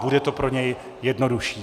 Bude to pro něj jednodušší.